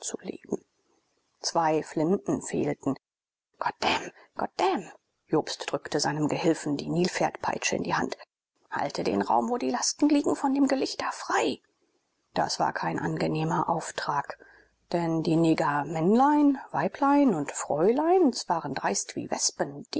zwei flinten fehlten goddam goddam jobst drückte seinem gehilfen die nilpferdpeitsche in die hand halte den raum wo die lasten liegen von dem gelichter frei das war kein angenehmer auftrag denn die negermännlein weiblein und fräuleins waren dreist